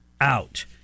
out